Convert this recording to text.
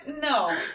No